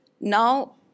now